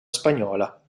spagnola